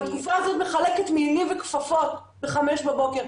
אני בתוקפה הזאת מחלקת מעילים וכפפות בחמש בבוקר.